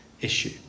issue